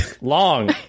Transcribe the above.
long